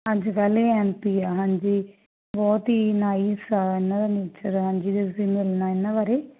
ਹਾਂਜੀ ਪਹਿਲੇ M P ਆ ਹਾਂਜੀ ਬਹੁਤ ਹੀ ਨਾਈਸ ਉਹਨਾਂ ਦਾ ਨੇਚਰ ਆ ਹਾਂਜੀ ਜੇ ਤੁਸੀਂ ਮਿਲਣਾ ਇਹਨਾਂ ਬਾਰੇ